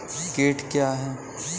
कीट क्या है?